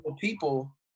people